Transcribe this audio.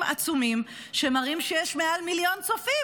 עצומים שמראים שיש מעל מיליון צופים.